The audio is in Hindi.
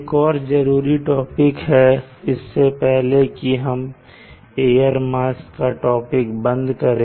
एक और जरूरी टॉपिक है इससे पहले कि हम एयर मास टॉपिक को बंद करें